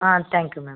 ah thank you ma'am